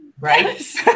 right